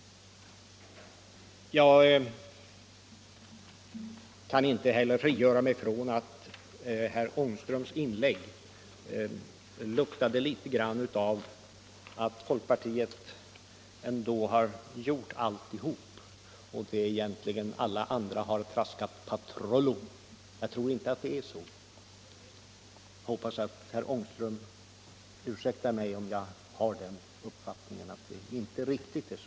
Jag kan inte frigöra mig från känslan att herr Ångströms inlägg luktade litet grand av inställningen att folkpartiet ändå har gjort alltihop medan alla andra har traskat patrullo. Jag tror inte att det är så, och jag hoppas att herr Ångström ursäktar mig om jag har den uppfattningen.